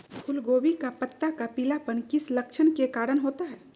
फूलगोभी का पत्ता का पीलापन किस लक्षण के कारण होता है?